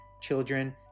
children